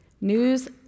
News